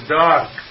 dark